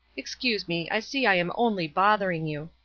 excuse me i see i am only bothering you.